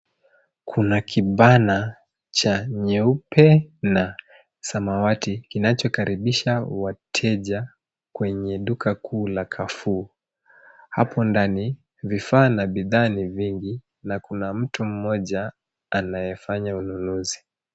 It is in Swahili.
Kuna kibana ca nyeupe na samawati kinachokaribisha wateja kwenye duka kuu la carrefour. Hapo ndani, vifaa na bidhaa ni vingi na kuna mtu mmoja anayefanya ununuzi.